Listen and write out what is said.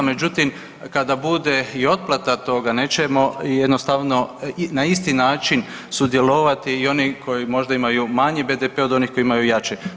Međutim, kada bude i otplata toga nećemo jednostavno na isti način sudjelovati i oni koji možda imaju manji BDP od onih koji imaju jači.